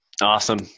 Awesome